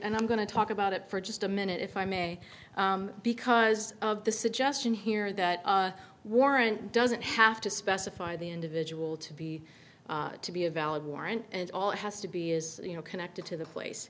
and i'm going to talk about it for just a minute if i may because of the suggestion here that warrant doesn't have to specify the individual to be to be a valid warrant and all it has to be is you know connected to the place